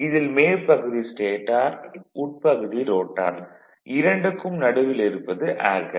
இதில் மேற்பகுதி ஸ்டேடார் உட்பகுதி ரோட்டார் இரண்டுக்கும் நடுவில் இருப்பது ஏர் கேப்